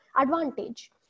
advantage